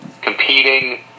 competing